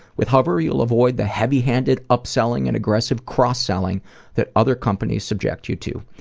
with hover, you'll avoid the heavy-handed upselling and aggressive cross-selling that other companies subject you to.